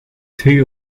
two